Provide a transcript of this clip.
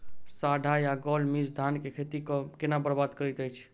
साढ़ा या गौल मीज धान केँ खेती कऽ केना बरबाद करैत अछि?